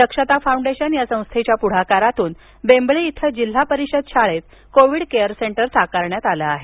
दक्षता फाउंडेशन या संस्थेच्या पुढाकारातून बेंबळी येथील जिल्हा परिषद शाळेत कोविड केअर सेंटर साकारण्यात आलं आहे